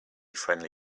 friendly